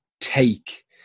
take